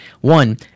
one